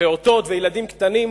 פעוטות וילדים קטנים.